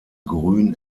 grün